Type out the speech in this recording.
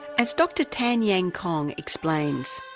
as dr tat yan kong explains,